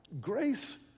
grace